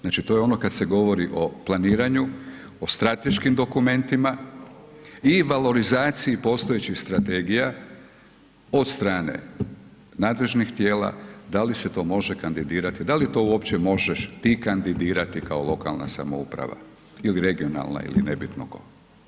Znači to je ono kad se govori o planiranju, o strateškim dokumentima i valorizaciji postojećih strategija od strane nadležnih tijela, da li se to može kandidirati, da li uopće možeš ti kandidirati kao lokalna samouprava ili regionalna ili nebitno tko.